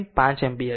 5 ampere